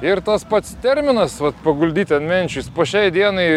ir tas pats terminas vat paguldyti ant menčių ir po šiai dienai